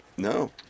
No